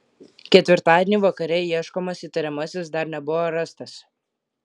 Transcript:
ketvirtadienį vakare ieškomas įtariamasis dar nebuvo rastas